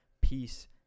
peace